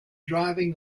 driving